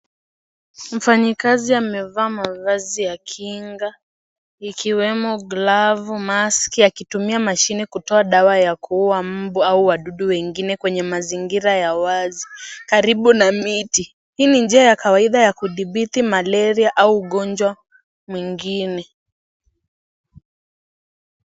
Mfanyikazi amevaa mavazi ya kinga, ikiwemo glavu, maski, akitumia mashine ili kutoa dawa ya kuua mbu au wadudu wengine, kwenye mazingira ya wazi karibu na miti. Hii ni njia ya kawaida ya kuthibiti Malaria au ugonjwa mwingine.